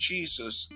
Jesus